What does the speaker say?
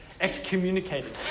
excommunicated